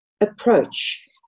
approach